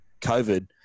COVID –